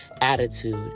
attitude